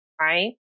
right